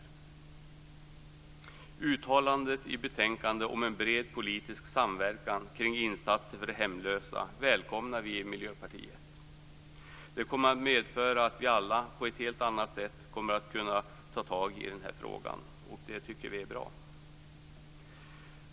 Vi i Miljöpartiet välkomnar uttalandet i betänkandet om en bred politisk samverkan kring insatser för de hemlösa. Det kommer att medföra att vi alla på ett helt annat sätt kommer att kunna ta tag i denna fråga, vilket vi tycker är bra.